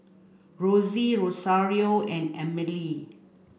Rossie Rosario and Amelie